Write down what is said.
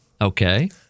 Okay